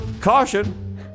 caution